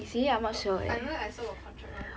got I remember I saw got contract [one]